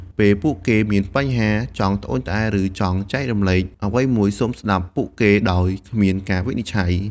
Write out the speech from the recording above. ពេលពួកគេមានបញ្ហា ចង់ត្អូញត្អែរ ឬចង់ចែករំលែកអ្វីមួយ សូមស្តាប់ពួកគេដោយគ្មានការវិនិច្ឆ័យ។